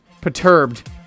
perturbed